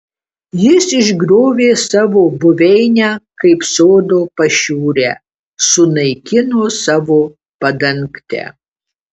jis išgriovė savo buveinę kaip sodo pašiūrę sunaikino savo padangtę